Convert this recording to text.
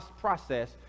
process